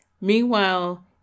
Meanwhile